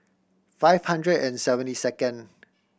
five hundred and seventy second